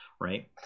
Right